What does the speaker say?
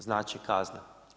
Znači kazna.